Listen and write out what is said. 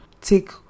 take